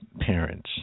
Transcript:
parents